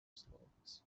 slopes